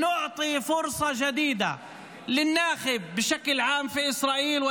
כדי לתת הזדמנות חדשה למצביע בישראל בכלל,